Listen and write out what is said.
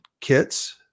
kits